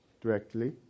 directly